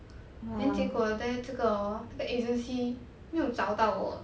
then 结果 I tell you 这个 hor 这个 agency 没有找到我